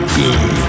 good